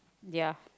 ya